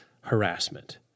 harassment